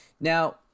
Now